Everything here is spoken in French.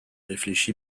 réfléchi